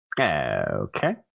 Okay